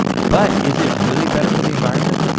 but is it really better for the environment?